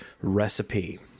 recipe